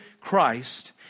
Christ